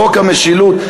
חוק המשילות,